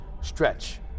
stretch